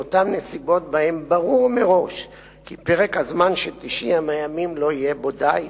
באותן נסיבות שבהן ברור מראש כי פרק הזמן של 90 הימים לא יהיה בו די,